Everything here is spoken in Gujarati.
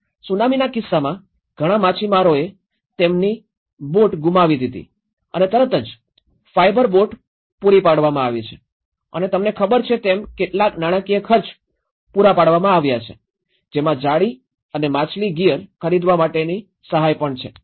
સુનામીના કિસ્સામાં ઘણા માછીમારોએ તેમની બોટ ગુમાવી દીધી તેથી તરત જ ફાઇબર બોટ પૂરી પાડવામાં આવી છે અને તમને ખબર છે તેમ કેટલાક નાણાકીય ખર્ચ પૂરા પાડવામાં આવ્યા છે જેમાં જાળી અને માછલી ગિયર ખરીદવા માટેની સહાય પણ છે